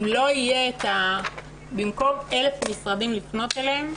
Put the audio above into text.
אם לא יהיה, במקום אלף משרדים לפנות אליהם,